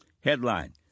Headline